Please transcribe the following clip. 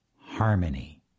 harmony